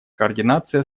координации